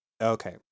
Okay